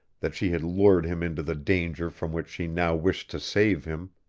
that she had lured him into the danger from which she now wished to save him.